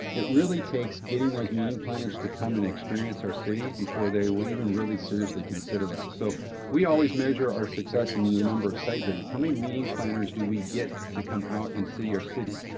it really takes getting those meeting planners to come and experience our city before they will even really seriously consider us. so we always measure our success in the the number of site visits. how many meeting planners do we get to come out and see our city?